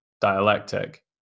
dialectic